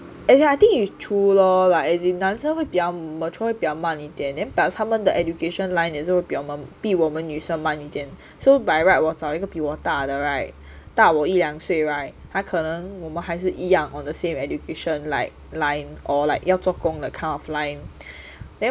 as in I think it's true lor as in 男生会比较 mature 比较慢一点点 plus 他们 the education line 也是会比我们女生慢一点 so by right 我找一个比我大的 [right] 大我一两岁 [right] 他可能我们还是一样 on the same education like line or like 要做工 that kind of line then